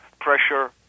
pressure